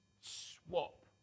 swap